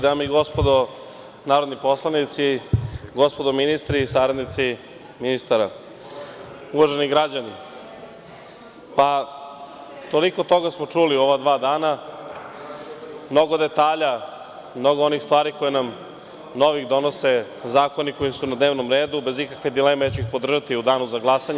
Dame i gospodo narodni poslanici, gospodo ministri i saradnici ministara, uvaženi građani, toliko toga smo čuli u ova dva dana, mnogo detalja, mnogo onih stvari koje nam novih donose zakoni koji su na dnevnom redu i, bez ikakve dileme, ja ću ih podržati u Danu za glasanje,